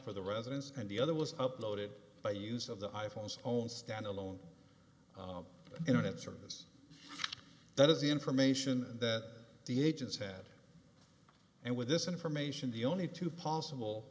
for the residence and the other was uploaded by use of the i phone's own standalone internet service that is the information that the agents had and with this information the only two possible